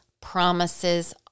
promises